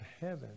heaven